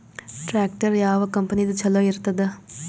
Tractor ಯಾವ ಕಂಪನಿದು ಚಲೋ ಇರತದ?